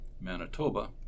Manitoba